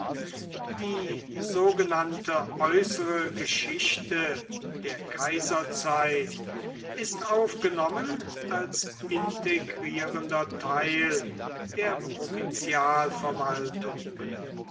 die sogenannte äußere geschichte der kaiserzeit ist aufgenommen als integrierender teil der